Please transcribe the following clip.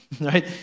right